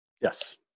Yes